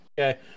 okay